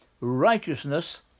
righteousness